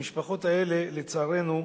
המשפחות האלה, לצערנו,